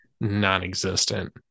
non-existent